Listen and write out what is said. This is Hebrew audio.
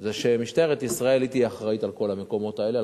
זה שמשטרת ישראל תהיה אחראית לכל המקומות האלה,